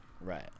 Right